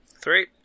Three